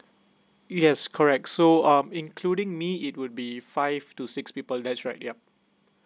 yes correct so um including me it would be five to six people that's right yup